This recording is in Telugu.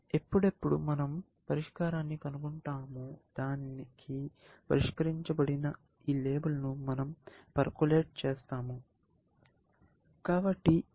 ఎప్పుడు ఎప్పుడు మనం పరిష్కారాన్ని కనుగొంటాము దానికి పరిష్కరించబడిన ఈ లేబుల్ను మనం పెర్కోలేట్ చేస్తాము